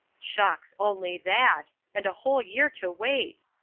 shucks, only that and a whole year to wait!